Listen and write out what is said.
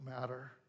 matter